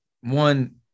one